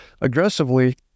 aggressively